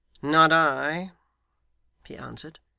not i he answered.